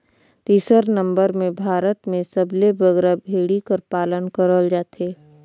तीसर नंबर में भारत में सबले बगरा भेंड़ी कर पालन करल जाथे